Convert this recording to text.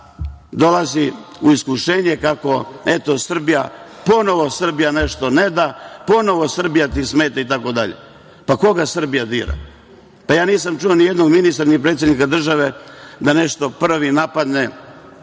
dolazi u iskušenje kako, eto, Srbija ponovo nešto ne da, ponovo Srbija ti smeta itd. Pa, koga Srbija dira? Pa, ja nisam čuo ni jednog ministra, ni predsednika države da nešto prvi napadne